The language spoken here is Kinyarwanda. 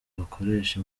bakoresha